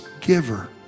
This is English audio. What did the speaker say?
giver